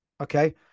okay